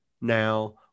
now